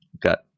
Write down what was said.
got